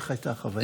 איך הייתה החוויה?